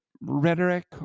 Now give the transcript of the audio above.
rhetoric